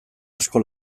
asko